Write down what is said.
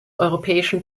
europäischen